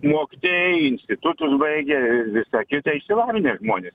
mokytojai institutus baigę ir visa kita išsilavinę žmonės